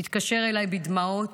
הוא מתקשר אליי בדמעות